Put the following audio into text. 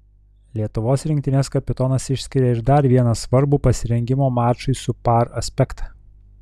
lietuvos rinktinės kapitonas išskiria ir dar vieną svarbų pasirengimo mačui su par aspektą